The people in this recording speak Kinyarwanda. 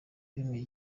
bemeye